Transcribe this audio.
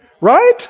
Right